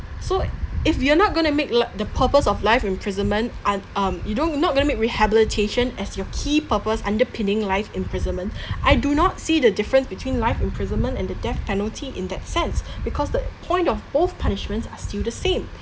so if you're not going to make li~ the purpose of life imprisonment un~ um you don't not going to make rehabilitation as your key purpose underpinning life imprisonment I do not see the difference between life imprisonment and the death penalty in that sense because the point of both punishments are still the same